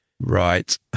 Right